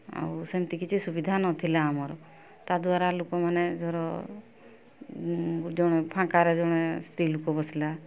ଆଉ ସେମିତି କିଛି ସୁବିଧା ନଥିଲା ଆମର ତା' ଦ୍ଵାରା ଲୋକମାନେ ଧର ଜଣେ ଫାଙ୍କାରେ ଜଣେ ସ୍ତ୍ରୀ ଲୋକ ବସିଲା